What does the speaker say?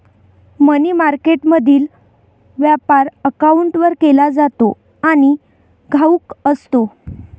मनी मार्केटमधील व्यापार काउंटरवर केला जातो आणि घाऊक असतो